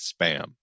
spam